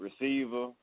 Receiver